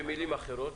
במילים אחרות,